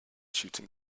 shooting